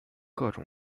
各种